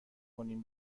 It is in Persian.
کنیم